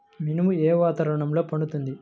మినుము ఏ వాతావరణంలో పండుతుంది?